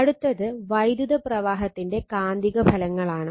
അടുത്തത് വൈദ്യുത പ്രവാഹത്തിന്റെ കാന്തിക ഫലങ്ങളാണ്